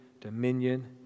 dominion